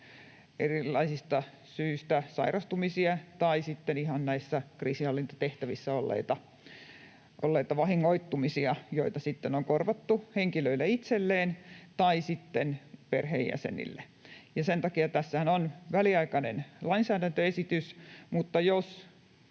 erilaisista syistä sairastumisia tai ihan näissä kriisinhallintatehtävissä tulleita vahingoittumisia, joita sitten on korvattu henkilöille itselleen tai perheenjäsenille, ja sen takiahan tässä on väliaikainen lainsäädäntöesitys. Jos